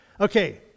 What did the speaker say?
Okay